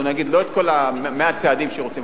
לא את כל מאה הצעדים שרוצים,